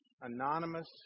Anonymous